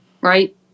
right